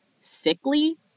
sickly